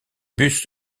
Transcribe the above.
bus